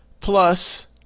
Plus